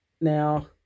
now